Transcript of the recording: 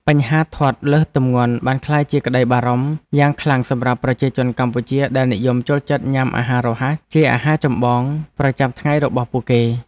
បញ្ហាធាត់លើសទម្ងន់បានក្លាយជាក្តីបារម្ភយ៉ាងខ្លាំងសម្រាប់ប្រជាជនកម្ពុជាដែលនិយមចូលចិត្តញ៉ាំអាហាររហ័សជាអាហារចម្បង ប្រចាំថ្ងៃរបស់គេ។